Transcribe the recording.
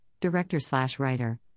director-slash-writer